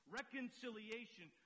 Reconciliation